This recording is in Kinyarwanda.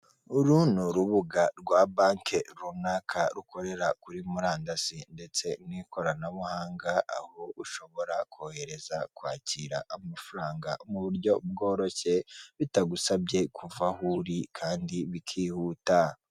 Uru ni urubuga rwa banki runaka rukorera kuri murandasi ndetse n'ikoranabuhanga, aho ushobora kohereza kwakira amafaranga mu buryo bworoshye bitagusabye kuva aho uri, kandi bikihuta.